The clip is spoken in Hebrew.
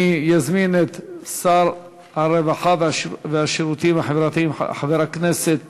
אני אזמין את שר הרווחה והשירותים החברתיים חבר הכנסת